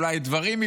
אולי דברים,